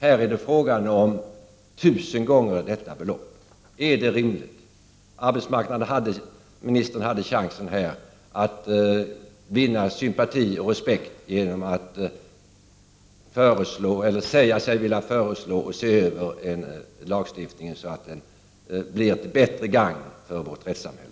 Här är det fråga om tusen gånger detta belopp. Är det rimligt? Arbetsmarknadsministern hade här chansen att vinna sympati och respekt genom att säga sig vilja föreslå en översyn av lagstiftningen så att den blir till bättre gagn för vårt rättssamhälle.